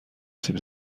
سیب